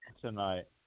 tonight